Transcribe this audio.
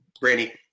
Brandy